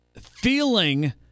feeling